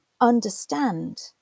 understand